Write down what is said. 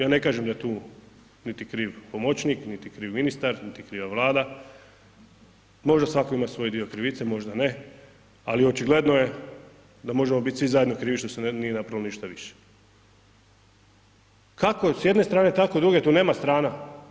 Ja ne kažem da tu niti je kriv pomoćnik niti kriv je ministar niti je kriva Vlada, možda svatko ima svoj dio krivice, možda ne ali očigledno je da možemo bit svi zajedno krivi što se nije napravilo ništa više kako s jedne strane, tako druge, tu nema strana.